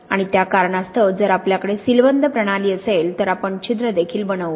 आणि त्या कारणास्तव जर आपल्याकडे सीलबंद प्रणाली असेल तर आपण छिद्र देखील बनवू